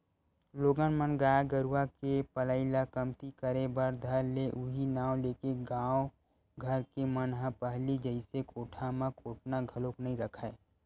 लोगन मन गाय गरुवा के पलई ल कमती करे बर धर ले उहीं नांव लेके गाँव घर के मन ह पहिली जइसे कोठा म कोटना घलोक नइ रखय